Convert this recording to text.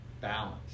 Balance